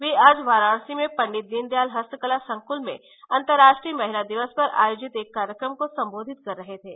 वे आज वाराणसी में पंडित दीनदयाल हस्तकला संकुल में अंतर्राष्ट्रीय महिला दिवस पर आयोजित एक कार्यक्रम को संबोधित कर रहे थे